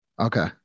Okay